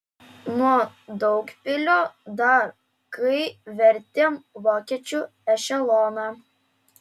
nuo daugpilio dar kai vertėm vokiečių ešeloną